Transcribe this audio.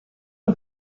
you